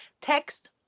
Text